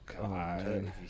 God